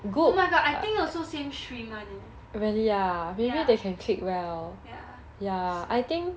oh my god I think also same stream [one] eh ya ya so